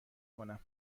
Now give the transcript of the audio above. کنم